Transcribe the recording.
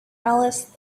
alice